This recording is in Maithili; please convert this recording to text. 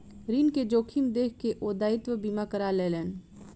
ऋण के जोखिम देख के ओ दायित्व बीमा करा लेलैन